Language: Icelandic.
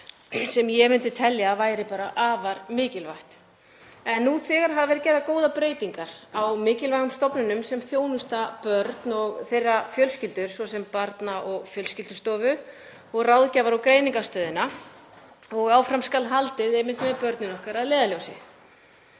sem ég myndi telja að væri afar mikilvægt. Nú þegar hafa verið gerðar góðar breytingar á mikilvægum stofnunum sem þjónusta börn og þeirra fjölskyldur, svo sem á Barna- og fjölskyldustofu og Ráðgjafar- og greiningarstöð, og áfram skal haldið með börnin okkar að leiðarljósi.